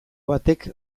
batek